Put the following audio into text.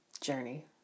journey